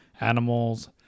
Animals